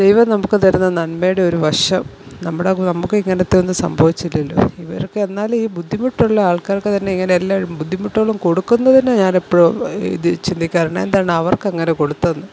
ദൈവം നമുക്ക് തരുന്ന നൻമയുടെ ഒരു വശം നമ്മുടെ നമ്മള്ക്ക് ഇങ്ങനത്തെയൊന്നും സംഭവിച്ചില്ലല്ലോ ഇവരൊക്കെ എന്നാലും ഈ ബുദ്ധിമുട്ടുള്ള ആൾക്കാർക്ക് തന്നെ ഇങ്ങനെ എല്ലാ ബുദ്ധിമുട്ടുകളും കൊടുക്കുന്നത് തന്നെ ഞാനെപ്പോഴും ഇത് ചിന്തിക്കാറുണ്ട് എന്താണ് അവർക്കങ്ങനെ കൊടുത്തതെന്ന്